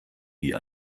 wie